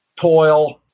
toil